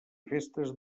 festes